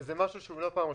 זה משהו שהוא לא פעם ראשונה.